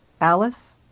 Alice